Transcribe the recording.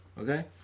okay